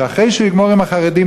שאחרי שהוא יגמור עם החרדים,